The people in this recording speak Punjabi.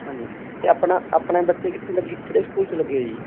ਹਾਂਜੀ ਅਤੇ ਆਪਣਾ ਆਪਣੇ ਬੱਚੇ ਕਿੱਥੇ ਲੱਗੇ ਕਿਹੜੇ ਸਕੂਲ 'ਚ ਲੱਗੇ ਹੈ ਜੀ